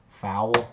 foul